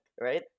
right